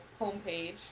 homepage